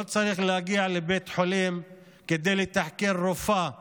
לא צריך להגיע לבית חולים כדי לתחקר רופאה